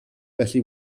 felly